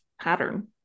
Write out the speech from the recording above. pattern